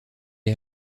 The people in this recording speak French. est